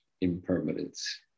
impermanence